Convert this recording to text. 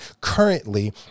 Currently